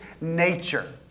nature